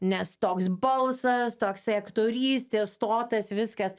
nes toks balsas toksai aktorystės stotas viskas